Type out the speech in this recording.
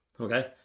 okay